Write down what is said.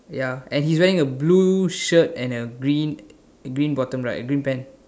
ya and he's wearing a blue shirt and a green green bottom right a green pant